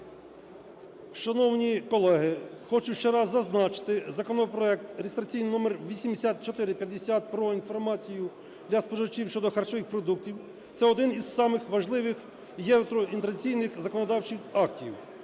Шановні колеги, хочу ще раз зазначити, законопроект (реєстраційний номер 8450) про інформацію для споживачів щодо харчових продуктів - це один із самих важливих євроінтеграційних законодавчих актів.